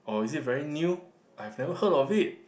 or is it very new I've never heard of it